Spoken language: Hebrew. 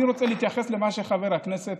אני רוצה להתייחס למה שחבר הכנסת